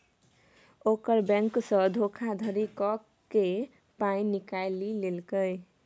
ओकर बैंकसँ धोखाधड़ी क कए पाय निकालि लेलकै